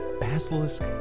basilisk